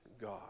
God